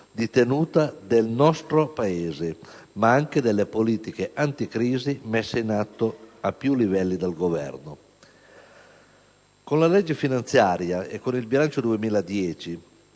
di tenuta del nostro Paese, ma anche delle politiche anticrisi messe in atto a più livelli dal Governo. Con la legge finanziaria e con il bilancio 2010